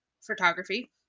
photography